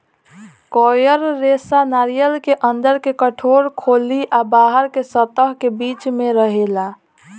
coir रेशा नारियर के अंदर के कठोर खोली आ बाहरी के सतह के बीच में रहेला